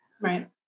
Right